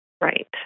Right